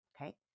Okay